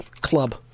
club